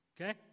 Okay